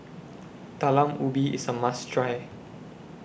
Talam Ubi IS A must Try